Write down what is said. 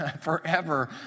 forever